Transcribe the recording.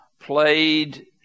played